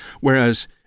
Whereas